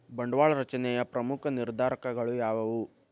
ಬಂಡವಾಳ ರಚನೆಯ ಪ್ರಮುಖ ನಿರ್ಧಾರಕಗಳು ಯಾವುವು